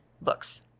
books